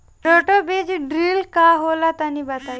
Roto बीज drill का होला तनि बताई?